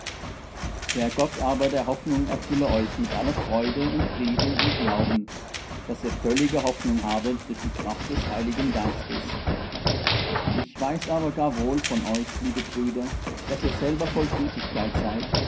der gott aber der hoffnung erfülle euch mit aller freude und frieden im glauben daß ihr völlige hoffnung habet durch die kraft des heiligen geistes ich weiß aber gar wohl von euch liebe brüder daß ihr selber voll gütigkeit seid